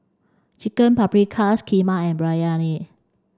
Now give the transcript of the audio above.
chicken Paprikas Kheema and Biryani